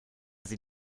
sie